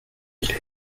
est